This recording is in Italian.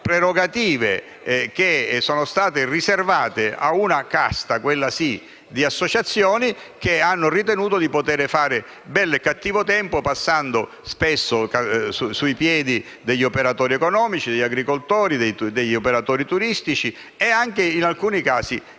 prerogative riservate alla casta, quella sì, di associazioni che hanno ritenuto di poter fare il bello e il cattivo tempo, passando spesso sui piedi degli operatori economici, degli agricoltori, degli operatori turistici e anche, in alcuni casi,